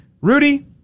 Rudy